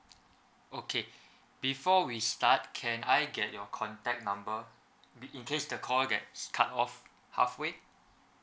okay before we start can I get your contact number be~ in case the call gets cut off halfway